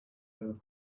here